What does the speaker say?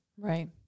right